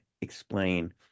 explain